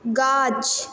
गाछ